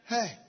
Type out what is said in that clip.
Hey